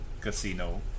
casino